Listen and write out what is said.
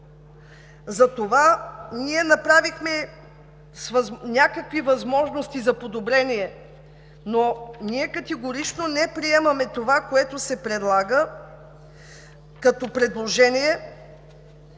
Затова ние направихме някакви възможности за подобрение, но категорично не приемаме това, което се предлага като предложение